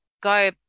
go